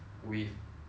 sugar like